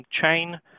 chain